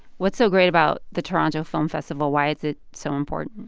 what's so great about the toronto film festival. why is it so important?